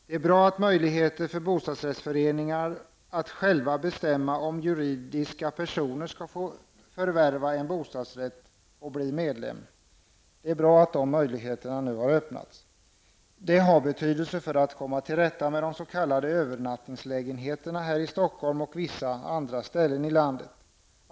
Det är bra att möjligheter nu har öppants för bostadsrättsföreningar att själva bestämma om juridisk person skall få förvärva en bostadsrätt och bli medlem. Det har betydelse för att man skall kunna komma till rätta med de s.k. övernattningslägenheterna i Stockholm och på vissa andra ställen i landet.